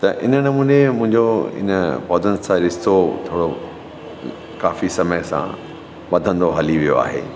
त इन नमूने मुंहिंजो इन पौधनि सां रिश्तो थोरो काफ़ी समय सां वधंदो हली वियो आहे